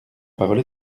parole